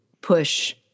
push